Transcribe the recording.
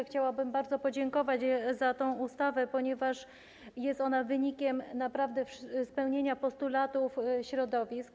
Chciałabym bardzo podziękować za tę ustawę, ponieważ jest ona wynikiem naprawdę spełnienia postulatów środowisk.